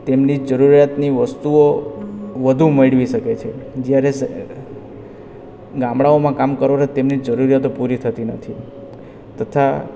તેમની જરૂરિયાતની વસ્તુઓ વધુ મેળવી શકે છે જ્યારે ગામડાઓમાં કામ કરે તેમની જરૂરિયાતો પૂરી થતી નથી તથા